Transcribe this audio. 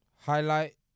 Highlight